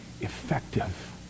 effective